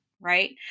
Right